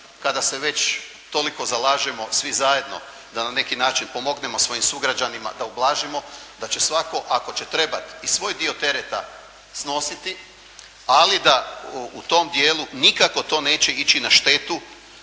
kada se već toliko zalažemo svi zajedno da na neki način pomognemo svojim sugrađanima da ublažimo da će svatko, ako će trebati i svoj dio tereta snositi, ali da u tom dijelu nikako to neće ići na štetu